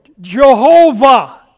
Jehovah